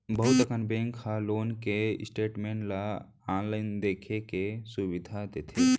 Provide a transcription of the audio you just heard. बहुत अकन बेंक ह लोन के स्टेटमेंट ल आनलाइन देखे के सुभीता देथे